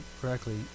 correctly